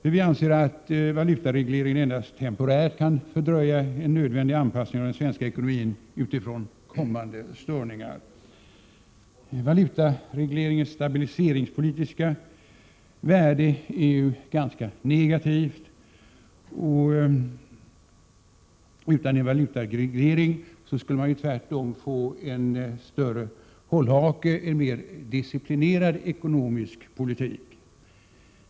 Vi anser att valutaregleringen endast temporärt kan fördröja en nödvändig anpassning av den svenska ekonomin vid utifrån kommande störningar. Valutaregleringens stabiliseringspolitiska värde är således ganska negativt. Utan en valutareglering skulle man tvärtom få en större hållhake när det gäller att kunna föra en mer disciplinerad ekonomisk politik.